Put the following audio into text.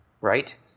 right